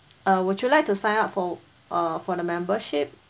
uh would you like to sign up for err for the membership